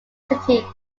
city